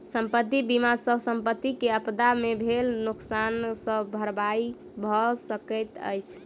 संपत्ति बीमा सॅ संपत्ति के आपदा से भेल नोकसान के भरपाई भअ सकैत अछि